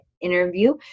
interview